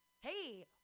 Hey